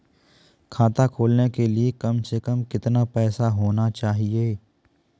खाता खोलने के लिए कम से कम कितना पैसा होना चाहिए?